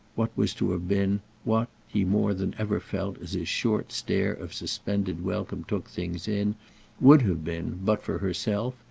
what was to have been, what he more than ever felt as his short stare of suspended welcome took things in would have been, but for herself,